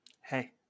Hey